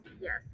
yes